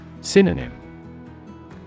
Synonym